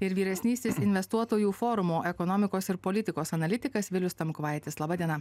ir vyresnysis investuotojų forumo ekonomikos ir politikos analitikas vilius tamkvaitis laba diena